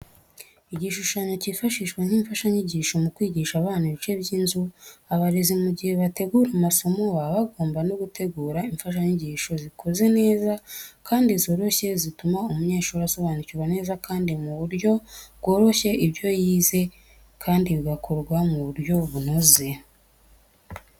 Igishushanyo cyifashishwa nk'imfashanyigisho mu kwigisha abana ibice by'inzu. Abarezi mu gihe bategura amasomo baba bagomba no gutegura imfashanyigisho zikoze neza kandi zoroshye zituma umunyeshuri asobanukirwa neza kandi mu buryo bworoshye ibyo yize kandi bigakorwa mu buryo bunoze.